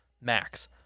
Max